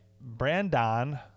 Brandon